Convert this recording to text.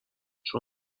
چون